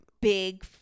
big